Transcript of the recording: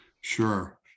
Sure